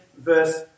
verse